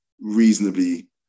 reasonably